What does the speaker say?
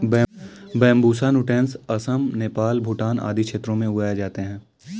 Bambusa nutans Assam, Nepal, Bhutan आदि क्षेत्रों में उगाए जाते है